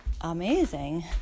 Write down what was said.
amazing